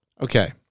Okay